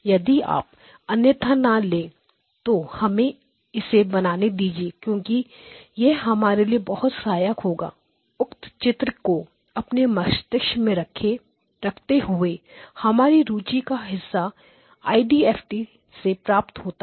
यदि आप अन्यथा ना लें तो हमें इसे बनाने दीजिए क्योंकि यह हमारे लिए बहुत सहायक होगा उक्त चित्र को अपने मस्तिष्क में रखते हुए हमारी रुचि का हिस्सा एफडीएफडी IDFT से प्राप्त होता है